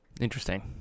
Interesting